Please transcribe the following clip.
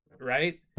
right